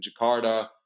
jakarta